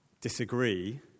disagree